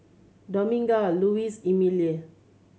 Dominga Lois Emelie